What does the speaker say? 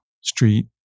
Street